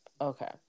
Okay